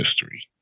history